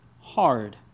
hard